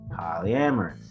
polyamorous